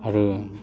आरो